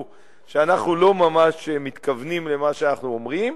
שאנחנו לא ממש מתכוונים למה שאנחנו אומרים,